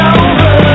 over